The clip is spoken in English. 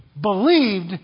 believed